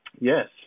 Yes